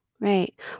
right